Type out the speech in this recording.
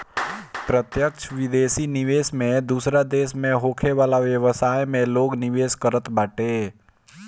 प्रत्यक्ष विदेशी निवेश में दूसरा देस में होखे वाला व्यवसाय में लोग निवेश करत बाटे